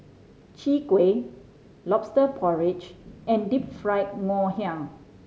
Chwee Kueh Lobster Porridge and Deep Fried Ngoh Hiang